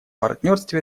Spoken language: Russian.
партнерстве